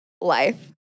life